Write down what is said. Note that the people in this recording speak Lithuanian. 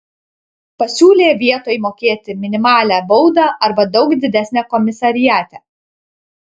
pasiūlė vietoj mokėti minimalią baudą arba daug didesnę komisariate